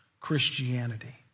Christianity